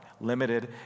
limited